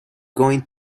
going